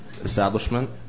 establishment